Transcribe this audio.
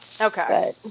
okay